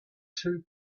two